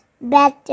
better